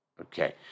Okay